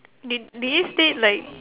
did did it state like